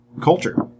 culture